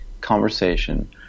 conversation